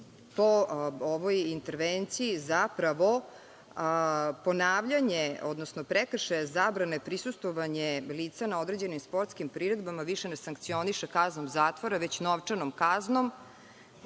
po ovoj intervenciji zapravo ponavljanje, odnosno prekršaj zabrane prisustvovanja lica na određenim sportskim priredbama više ne sankcioniše kaznom zatvora, već novčanom kaznom